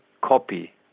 copy